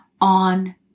on